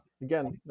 again